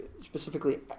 specifically